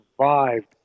survived